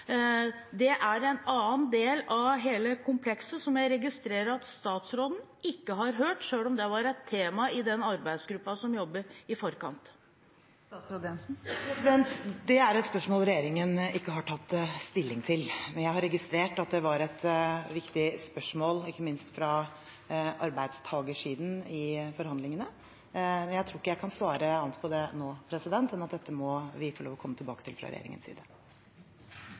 Det er en annen del av hele komplekset, som jeg registrerer at statsråden ikke har hørt, selv om det var et tema i den arbeidsgruppa som jobbet i forkant. Det er et spørsmål regjeringen ikke har tatt stilling til. Jeg har registrert at det var et viktig spørsmål, ikke minst fra arbeidstakersiden, i forhandlingene, men jeg tror ikke jeg kan svare noe annet på det nå enn at dette må vi få lov til å komme tilbake til fra regjeringens side.